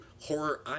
horror